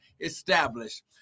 established